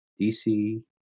DC